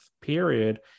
period